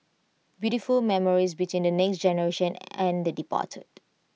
beautiful memories between the next generation and the departed